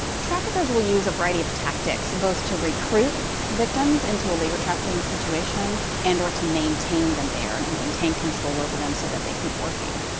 traffickers will use a variety of tactics, both to recruit victims into a labor trafficking situation and or to maintain them there, and to and maintain control over them so that they keep working.